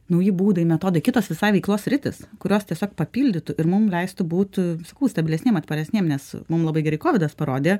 nauji būdai metodai kitos visai veiklos sritis kurios tiesiog papildytų ir mum leistų būt sakau stabilesniem atsparesniem nes mum labai gerai kovidas parodė